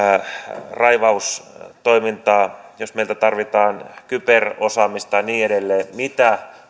pioneeriraivaustoimintaa jos meiltä tarvitaan kyberosaamista ja niin edelleen mitä